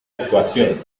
actuación